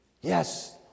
Yes